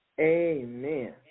Amen